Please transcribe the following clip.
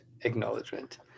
acknowledgement